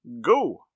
go